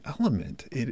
element